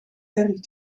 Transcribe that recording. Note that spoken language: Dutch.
erg